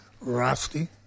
Rusty